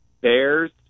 bears